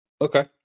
Okay